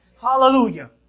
Hallelujah